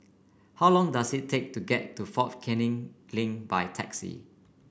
how long does it take to get to Fort Canning Link by taxi